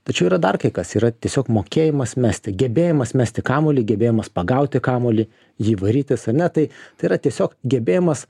tačiau yra dar kai kas yra tiesiog mokėjimas mesti gebėjimas mesti kamuolį gebėjimas pagauti kamuolį jį varytis ar ne tai tai yra tiesiog gebėjimas